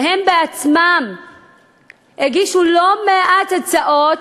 והם בעצמם הגישו לא מעט הצעות,